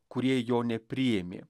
kurie jo nepriėmė